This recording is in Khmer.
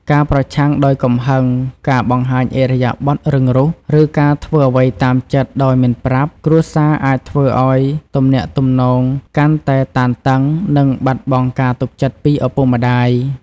ការប្រឆាំងដោយកំហឹង ការបង្ហាញឥរិយាបថរឹងរូស ឬ ការធ្វើអ្វីតាមចិត្តដោយមិនប្រាប់ គ្រួសារ អាចធ្វើឲ្យទំនាក់ទំនងកាន់តែតានតឹង និង បាត់បង់ការទុកចិត្ត ពីឪពុកម្ដាយ។